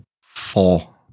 Four